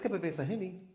ah but this ah gravy